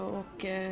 och